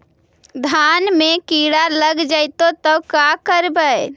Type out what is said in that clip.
धान मे किड़ा लग जितै तब का करबइ?